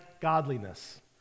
godliness